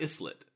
islet